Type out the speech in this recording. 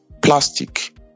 plastic